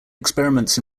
experiments